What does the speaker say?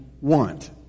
want